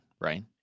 right